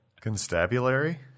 Constabulary